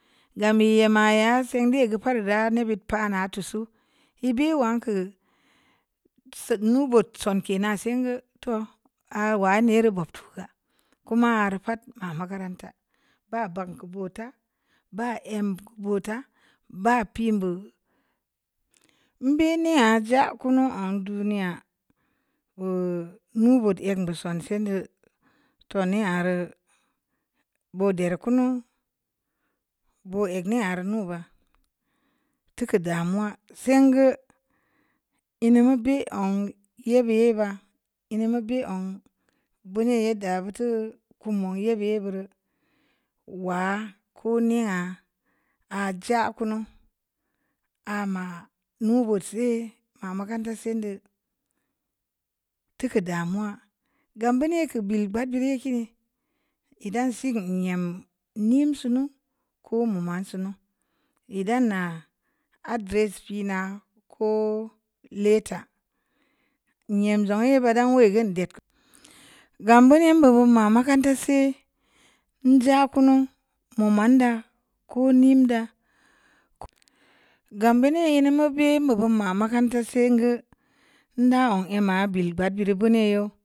Am ya ma ya sendeə kur parra ne bib pana tu su mbe wam kə tsenu budson ke'nan sengə too awa ne’ re'u bob to ga koma har pa'at ma makaranta ba banku bo ta ba nmgə bota ba əm pum bu nbe ne’ aja kunu'un duniya o'o’ mi bud engə bu son se’ də tu ni harr bude'r kunu bu eg har nuba tuku damuwa senga’ lnu mu bi'un ye'biye’ ba hu mubi'un buni ye'ddə puto kumu yebiye’ burə wa kuni’ a arja kunu ama nu votse’ ma makaranta si ndu ntuku damuwa gam ba ne’ kə bil babiri kiri idan siga yam nib sunu ko’ muma sunu yedan na address pina ko'oꞌ letter yam zo’ ye'ba yen gan dep gam buni bagə ma makaranta si nja kunu mu man da’ ko nim da’ gam binu’ mo’ bu’ beni mu bam ma makaranta sengə ndə wa'un nma ‘o’ bar bin eu.